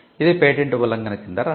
ఇది పేటెంట్ ఉల్లంఘన కింద రాదు